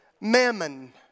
mammon